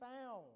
found